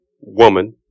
woman